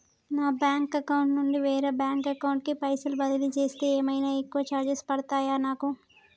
నా bank account నుండి వేరే బ్యాంక్ అకౌంట్ కి పైసల్ బదిలీ చేస్తే ఏమైనా ఎక్కువ చార్జెస్ పడ్తయా నాకు?